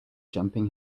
jumping